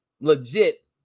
legit